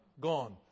gone